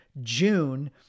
June